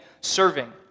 serving